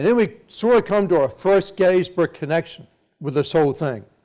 and we sort of come to our first gettysburg connection with this whole thing.